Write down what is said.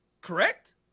Correct